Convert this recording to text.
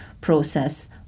process